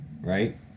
Right